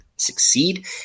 succeed